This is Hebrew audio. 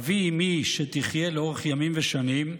אבי אימי, שתחיה לאורך ימים ושנים,